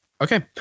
okay